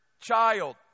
child